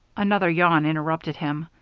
another yawn interrupted him.